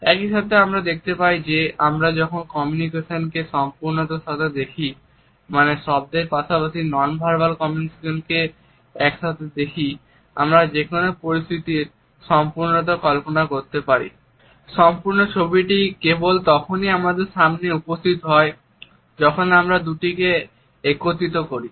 একই সাথে আমরা দেখতে পাই যে আমরা যখন কমিউনিকেশনকে সম্পূর্ণতার সাথে দেখি মানে শব্দের পাশাপাশি নন ভার্বাল কমিউনিকেশনকে একসাথে দেখি আমরা যেকোনো পরিস্থিতির সম্পূর্ণতা কল্পনা করতেসম্পূর্ণ ছবিটি কেবল তখনই আমাদের সামনে উপস্থিত হয় যখন আমরা দুটিকে একত্রিত করি